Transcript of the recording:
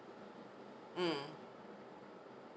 mm